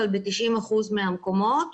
אבל ב-90% מהמקומות,